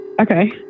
Okay